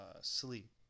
sleep